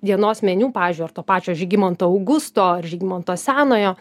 dienos meniu pavyzdžiui ar to pačio žygimanto augusto ar žygimanto senojo